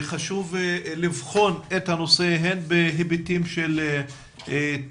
חשוב לבחון את הנושא הן בהיבטים של תחלואה,